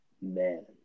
Man